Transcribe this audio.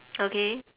okay